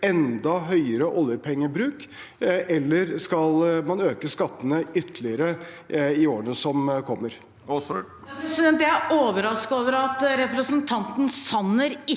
enda høyere oljepengebruk, eller skal man øke skattene ytterligere i årene som kommer? Rigmor Aasrud (A) Jeg er overrasket over at representanten Sanner ikke